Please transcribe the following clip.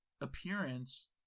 appearance